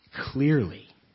clearly